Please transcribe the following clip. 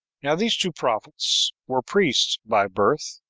now these two prophets were priests by birth,